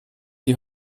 die